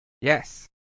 Yes